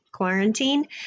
quarantine